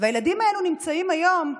והילדים האלה נמצאים היום,